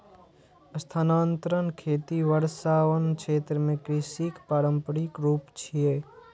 स्थानांतरण खेती वर्षावन क्षेत्र मे कृषिक पारंपरिक रूप छियै